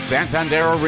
Santander